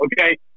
Okay